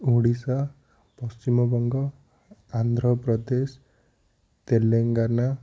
Odisha Paschimbanga Andhra Pradesh Telangana